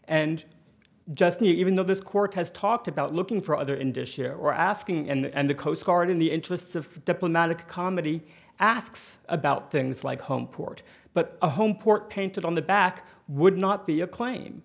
and just not even though this court has talked about looking for other indicia or asking and the coast guard in the interests of diplomatic comedy asks about things like home port but home port painted on the back would not be a claim